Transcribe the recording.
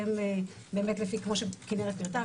כמו שכנרת פירטה.